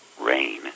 rain